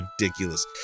ridiculous